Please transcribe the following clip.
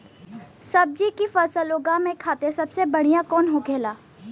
सब्जी की फसल उगा में खाते सबसे बढ़ियां कौन होखेला?